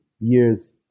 years